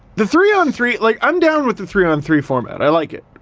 the three-on-three, like, i'm down with the three-on-three format, i like it.